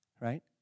Right